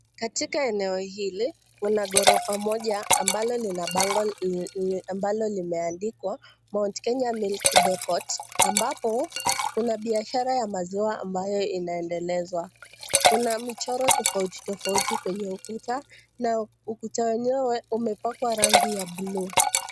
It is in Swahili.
Katika eneo hili kuna ghorofa moja ambalo lina bango ambalo limeandikwa Mount Kenya Milk Depot ambapo kuna biashara ya maziwa ambayo inaendelezwa. Kuna michoro tofautitofauti kwenye ukuta na ukuta wenyewe umepakwa rangi ya blue .